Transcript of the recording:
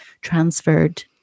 transferred